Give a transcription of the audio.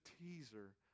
teaser